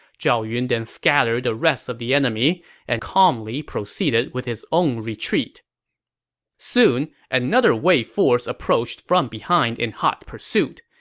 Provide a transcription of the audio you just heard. zhao yun then scattered the rest of the enemy and calmly proceeded with his own retreat soon, another wei force approached from behind in hot pursuit.